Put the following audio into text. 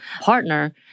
partner